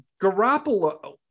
Garoppolo